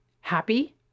happy